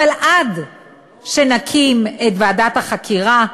אבל עד שנקים את ועדת החקירה,